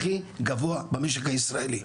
הכי גבוה במשק הישראלי.